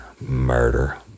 Murder